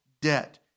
debt